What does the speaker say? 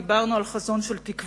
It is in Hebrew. דיברנו על חזון של תקווה,